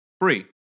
Free